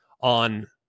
on